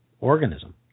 organism